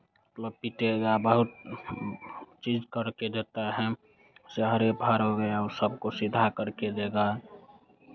वो पीटेगा बहुत चीज़ करके देता है सारे फार हो गया वो सबको सीधा करके देगा